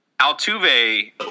Altuve